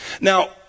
Now